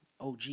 OG